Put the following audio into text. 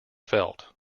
felt